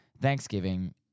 thanksgiving